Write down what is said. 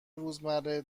روزمره